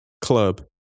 club